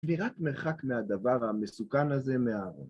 כבירת מרחק מהדבר המסוכן הזה מהעולם.